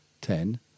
ten